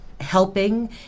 helping